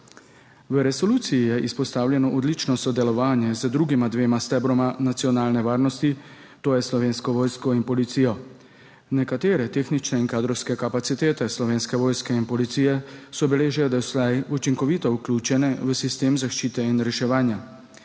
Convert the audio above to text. V resoluciji je izpostavljeno odlično sodelovanje z drugima dvema stebroma nacionalne varnosti, to je Slovensko vojsko in Policijo. Nekatere tehnične in kadrovske kapacitete Slovenske vojske in Policije so bile že doslej učinkovito vključene v sistem zaščite in reševanja.